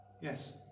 Yes